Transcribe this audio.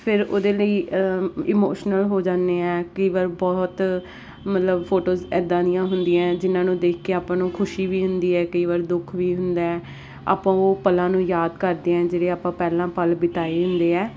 ਫਿਰ ਉਹਦੇ ਲਈ ਇਮੋਸ਼ਨਲ ਹੋ ਜਾਂਦੇ ਆ ਕਈ ਵਾਰ ਬਹੁਤ ਮਤਲਬ ਫੋਟੋਸ ਇੱਦਾਂ ਦੀਆਂ ਹੁੰਦੀਆਂ ਜਿਨਾਂ ਨੂੰ ਦੇਖ ਕੇ ਆਪਾਂ ਨੂੰ ਖੁਸ਼ੀ ਵੀ ਹੁੰਦੀ ਹੈ ਕਈ ਵਾਰ ਦੁੱਖ ਵੀ ਹੁੰਦਾ ਹੈ ਆਪਾਂ ਉਹ ਪਲਾਂ ਨੂੰ ਯਾਦ ਕਰਦੇ ਹਾਂ ਜਿਹੜੇ ਆਪਾਂ ਪਹਿਲਾਂ ਪਲ ਬਿਤਾਏ ਹੁੰਦੇ ਹੈ